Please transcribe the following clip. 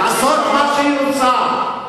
לעשות מה שהיא רוצה.